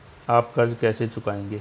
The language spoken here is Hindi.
आप कर्ज कैसे चुकाएंगे?